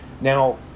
now